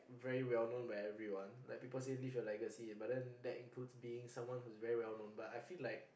very well known by everyone like people say live your legacy but then that includes being someone who is very well known but I feel like